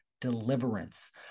Deliverance